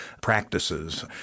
practices